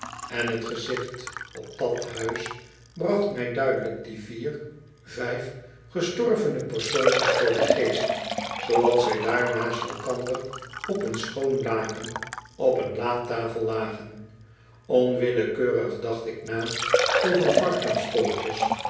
en t gezicht op dat huis bracht mij duidelijk die vier vijf gestorvene persoontjes voor den geest zooals zij daar naast elkander op een schoon laken op een latafel lagen onwillekeurig dacht ik na over